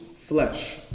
flesh